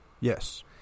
Yes